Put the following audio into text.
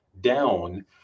down